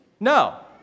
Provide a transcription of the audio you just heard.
No